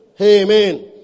Amen